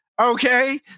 okay